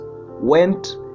went